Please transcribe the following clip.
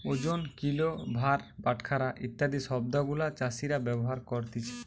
ওজন, কিলো, ভার, বাটখারা ইত্যাদি শব্দ গুলা চাষীরা ব্যবহার করতিছে